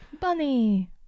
Bunny